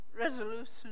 resolution